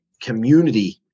community